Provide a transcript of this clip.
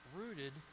rooted